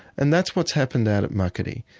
and that's what's happened out at muckaty.